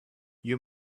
you